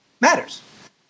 matters